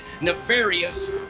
nefarious